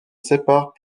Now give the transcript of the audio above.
séparent